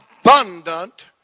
abundant